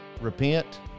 repent